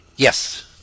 Yes